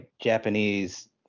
Japanese